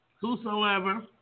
Whosoever